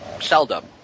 Seldom